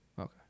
Okay